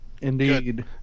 Indeed